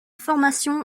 formation